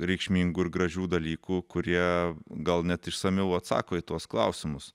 reikšmingų ir gražių dalykų kurie gal net išsamiau atsako į tuos klausimus